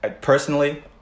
personally